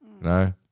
No